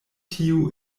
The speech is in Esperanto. tiu